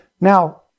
Now